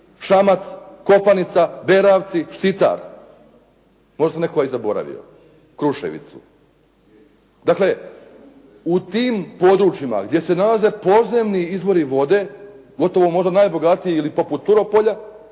Šamac, Kopanica, Beravci, Štitar. Možda sam netko i zaboravio. Kruševicu. Dakle, u tim područjima gdje se nalaze podzemni izvori vode gotovo možda najbogatiji ili poput Turopolja